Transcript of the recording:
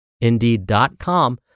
indeed.com